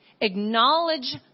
acknowledge